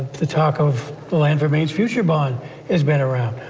to talk of the land for maine's future bond has been around,